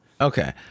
Okay